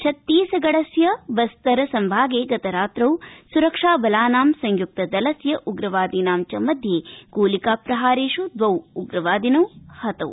छत्तीसगढस्य बस्तर संभागे गतरात्रौ सुरक्षाबलानां संयुक्त दलस्य उग्रवादिनां च मध्ये गोलिकाप्रहारेषु द्वौ उग्रवादिनौ हतौ